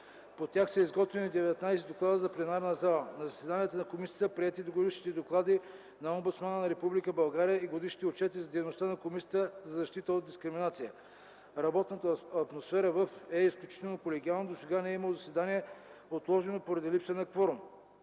По тях са изготвени 19 доклада за пленарна зала. На заседанията на комисията са приети годишните доклади на Омбудсмана на Република България и годишните отчети за дейността на Комисията за защита от дискриминация. Работната атмосфера е изключително колегиална, досега не е имало заседание, отложено поради липса на кворум.